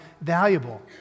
valuable